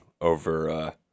over